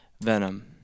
Venom